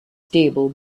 stable